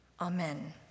amen